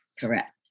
Correct